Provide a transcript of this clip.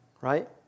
right